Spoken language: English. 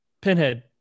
pinhead